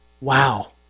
Wow